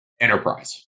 enterprise